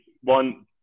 one